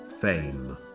fame